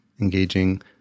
engaging